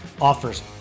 offers